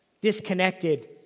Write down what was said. disconnected